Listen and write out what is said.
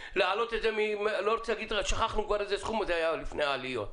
להעלות את זה שכחנו כבר איזה סכום זה היה לפני העליות.